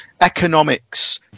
economics